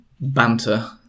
banter